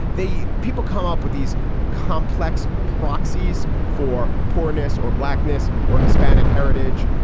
they people come up with these complex proxies for poor ness or blackness or hispanic heritage.